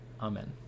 amen